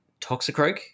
Toxicroak